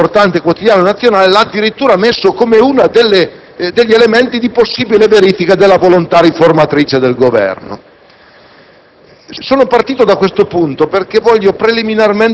Un autorevole economista, intervenendo su un importante quotidiano nazionale, lo ha addirittura indicato come uno degli elementi di possibile verifica della volontà riformatrice del Governo.